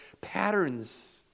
patterns